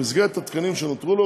במסגרת התקנים שנותרו לו,